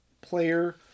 player